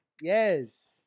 Yes